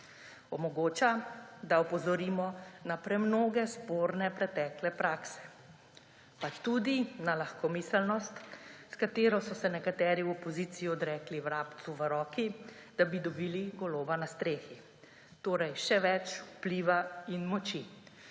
Omogoča, da opozorimo na premnoge sporne pretekle prakse, pa tudi na lahkomiselnost, s katero so se nekateri v opoziciji odrekli vrabcu v roki, da bi dobili goloba na strehi, torej še več vpliva in moči.